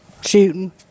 shooting